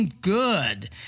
good